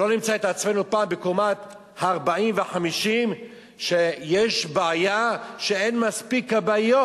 שלא נמצא את עצמנו פעם אחת בקומה 40 ו-50 שיש בעיה שאין מספיק כבאיות.